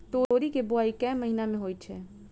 तोरी केँ बोवाई केँ महीना मे होइ छैय?